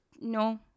No